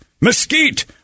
mesquite